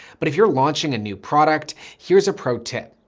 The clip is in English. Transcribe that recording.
but if you're launching a new product, here's a pro tip.